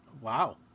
wow